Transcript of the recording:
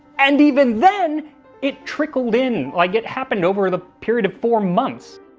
and even then it trickled in like it happened over the period of four months.